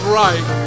right